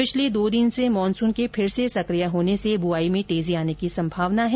पिछले दो दिन से मानसन के फिर से सकिय होने से बआई में तेजी आने की संभावना है